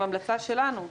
עם המלצה שלנו,